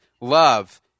love